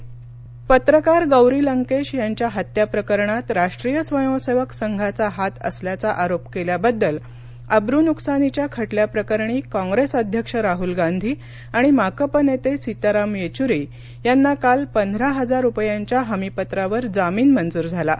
राहल जामीन पत्रकार गौरी लंकेश यांच्या हत्याप्रकरणात राष्ट्रीय स्वयंसेवक संघाचा हात असल्याचा आरोप केल्याबद्दल अब्रुनुकसानीच्या खटल्याप्रकरणी काँग्रेस अध्यक्ष राहल गांधी आणि माकप नेते सिताराम येचूरी यांना काल पंधरा हजार रुपयांच्या हमीपत्रावर जामीन मंजूर झाला आहे